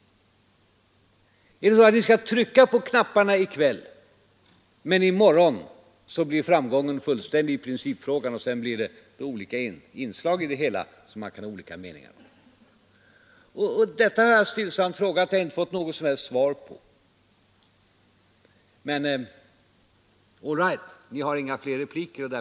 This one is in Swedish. Skall vi trycka på knapparna i kväll — i enlighet med partiernas här uttalade uppfattningar — men sedan i morgon vara fullständigt eniga om principfrågan och bara ha olika meningar om vissa inslag i det hela? Detta har jag stillsamt frågat, och jag har inte fått något som helst svar. All right, ni har inga fler repliker nu.